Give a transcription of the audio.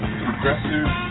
progressive